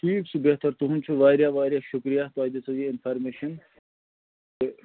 ٹھیٖک چھُ بہتر تُہٕنٛد چھُ واریاہ واریاہ شُکریہ تۄہہِ دِژوٕ یہِ اِنفارمیشَن کہِ